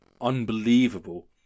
unbelievable